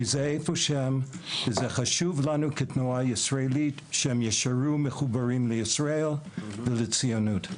כי זה חשוב לנו כתנועה ישראלית שהם יישארו מחוברים לישראל וזה ציונות.